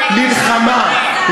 אבל הם פועלים אך ורק למטרות מלחמה,